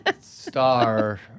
star